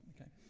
Okay